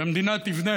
שהמדינה תבנה,